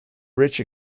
rich